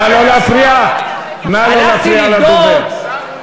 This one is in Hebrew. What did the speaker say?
הלכתי לבדוק,